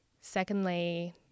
Secondly